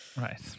Right